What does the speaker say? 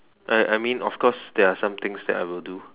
I I mean of course there are some things that I will do